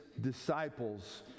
disciples